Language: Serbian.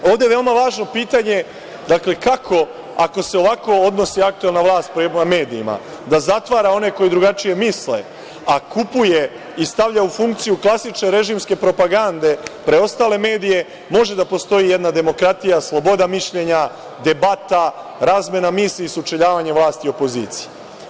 Ovde je veoma važno pitanje, dakle kako, ako se ovako odnosi aktuelna vlast prema medijima, da zatvara one koji drugačije misle, a kupuje i stavlja u funkciju klasične režimske propagande, preostale medije, može da postoji jedna demokratija, sloboda mišljenja, debata, razmena misli i sučeljavanja vlasti i opozicije?